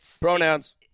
Pronouns